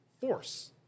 force